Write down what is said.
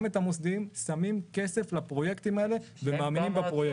את המוסדיים שמים כסף לפרויקטים האלה ומאמינים בהם.